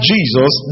Jesus